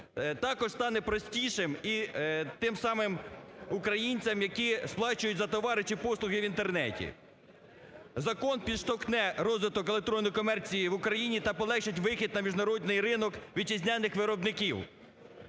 Також стане простішим і тим самим українцям, які сплачують за товари чи послуги в Інтернеті. Закон підштовхне розвиток електронної комерції в Україні та полегшить вихід на міжнародний ринок вітчизняних виробників.